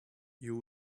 you